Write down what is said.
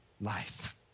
life